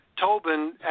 Tobin